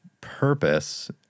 purpose